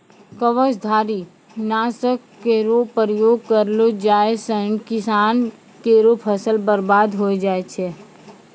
कवचधारी? नासक केरो प्रयोग करलो जाय सँ किसान केरो फसल बर्बाद होय जाय छै